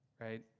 right